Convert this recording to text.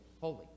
holy